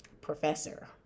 Professor